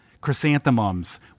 chrysanthemums